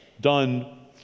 done